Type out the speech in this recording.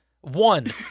One